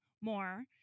more